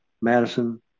Madison